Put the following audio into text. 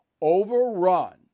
overrun